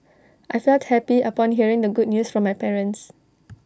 I felt happy upon hearing the good news from my parents